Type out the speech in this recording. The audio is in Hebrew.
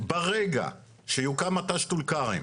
ברגע שיוקם מט"ש טול כרם